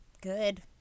good